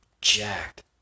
jacked